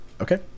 okay